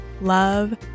love